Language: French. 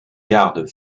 garde